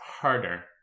harder